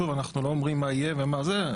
שוב אנחנו לא אומרים מה יהיה ומה זה,